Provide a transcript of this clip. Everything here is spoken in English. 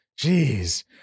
Jeez